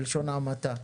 בלשון המעטה,